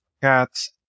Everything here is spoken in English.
cats